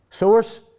Source